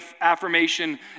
affirmation